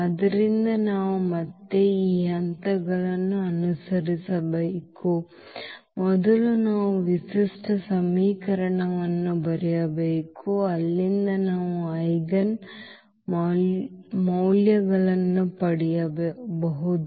ಆದ್ದರಿಂದ ನಾವು ಮತ್ತೆ ಈ ಹಂತಗಳನ್ನು ಅನುಸರಿಸಬೇಕು ಮೊದಲು ನಾವು ವಿಶಿಷ್ಟ ಸಮೀಕರಣವನ್ನು ಬರೆಯಬೇಕು ಅಲ್ಲಿಂದ ನಾವು ಐಜೆನ್ ಮೌಲ್ಯಗಳನ್ನು ಪಡೆಯಬಹುದು